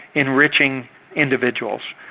enriching individuals,